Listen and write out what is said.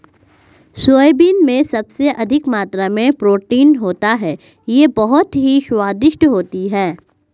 soybean में सबसे अधिक मात्रा में प्रोटीन होता है यह बहुत ही स्वादिष्ट होती हैं